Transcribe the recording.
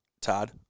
Todd